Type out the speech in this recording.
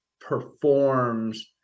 performs